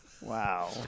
Wow